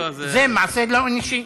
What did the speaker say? זה מעשה לא אנושי.